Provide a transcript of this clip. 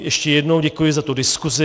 Ještě jednou děkuji za diskusi.